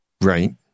Right